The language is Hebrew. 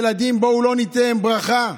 ילדים, בואו לא נטעה, הם ברכה.